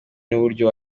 n’uburyo